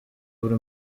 buri